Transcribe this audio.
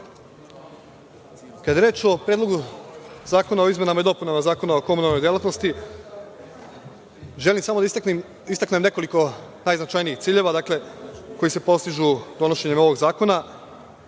je reč o Predlogu zakona o izmenama i dopunama Zakona o komunalnoj delatnosti, želim samo da istaknem nekoliko najznačajnijih ciljeva koji se postižu donošenjem ovog zakona,